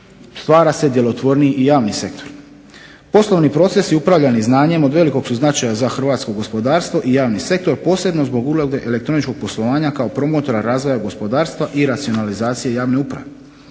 stvara se djelotvorniji i javni sektor. Poslovni procesi upravljani znanjem od velikog su značaja za hrvatsko gospodarstvo i javni sektor, posebno zbog uloge elektroničkog poslovanja kao promotora razvoja gospodarstva i racionalizacije javne uprave.